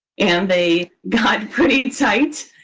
and they got pretty tight,